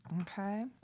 Okay